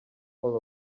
all